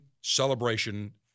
celebration